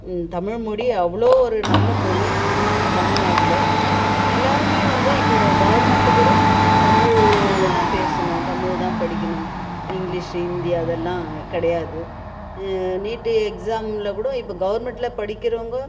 தமிழ்மொழி அவ்வளோ ஒரு நல்ல மொழி தமிழ்நாட்டில் எல்லோருமே வந்து இப்போது கவர்மெண்ட்டு கூட தமிழில் தான் பேசணும் தமிழ் தான் படிக்கணும் இங்கிலிஷ் ஹிந்தி அதெல்லாம் கிடையாது நீட்டு எக்ஸாமில் கூட இப்போ கவர்மெண்டில் படிக்கிறவங்க